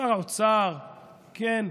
שר האוצר, כן,